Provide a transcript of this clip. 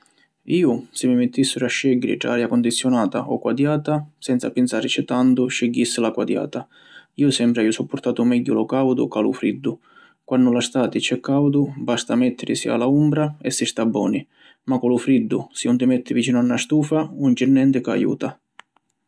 Iu si mi mittissiru a scegghiri tra aria condizionata o quadiatura, senza pinsarici tantu scigghissi la quadiatura. Iu sempri haiu suppurtatu megghiu lu caudu ca lu friddu. Quannu la stati c’è caudu, basta mettirisi a la umbra e si sta boni, ma cu lu friddu si ‘un ti metti vicinu na stufa ‘un c’è nenti ca ajuta.